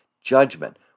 judgment